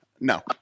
No